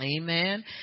Amen